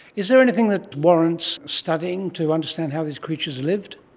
is there anything that warrants studying to understand how these creatures lived?